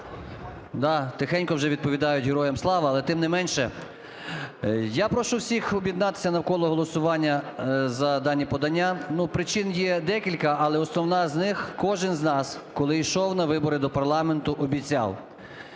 тихенько вже відповідають: "Героям слава!", але тим не менше… Я прошу всіх об'єднатися навколо голосування за дані подання. Ну причин є декілька, але основна з них: кожен з нас, коли йшов на вибори до парламенту, обіцяв.